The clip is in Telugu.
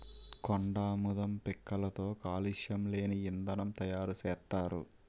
కొండాముదం పిక్కలతో కాలుష్యం లేని ఇంధనం తయారు సేత్తారు